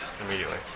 immediately